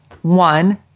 One